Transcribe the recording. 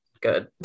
good